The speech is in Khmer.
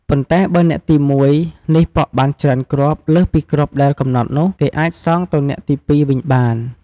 ប៉ុន្តែបើអ្នកទី១ នេះប៉ក់បានច្រើនគ្រាប់លើសពីគ្រាប់ដែលកំណត់នោះ គេអាចសងទៅអ្នកទី ២ វិញបាន។